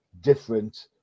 different